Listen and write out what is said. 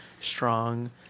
strong